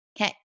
Okay